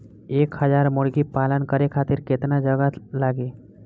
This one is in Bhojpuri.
एक हज़ार मुर्गी पालन करे खातिर केतना जगह लागी?